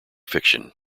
fiction